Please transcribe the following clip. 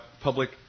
public